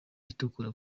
itukura